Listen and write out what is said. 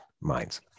minds